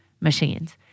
machines